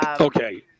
Okay